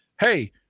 Hey